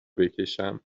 بکشم